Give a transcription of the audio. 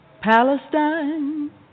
Palestine